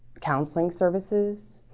counseling services